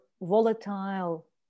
volatile